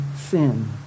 sin